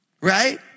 Right